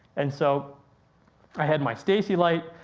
and so i had my stacy light,